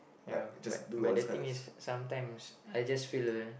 ya but but the thing is sometimes I just feel the